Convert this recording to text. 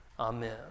Amen